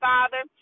Father